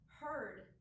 heard